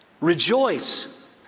Rejoice